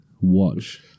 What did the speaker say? watch